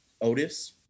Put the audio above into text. Otis